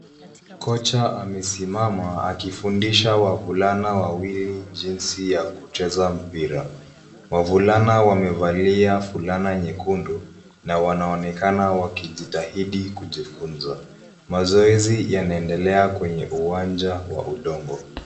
Kocha amesimama akifundisha wavulana wawili jinsi ya kucheza mpira wavulana wamevalia fulana nyekundu na wanaonekana wakijitahidi kujifunza mazoezi yanaendelea kwenye uwanja kwa udongo.